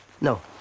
No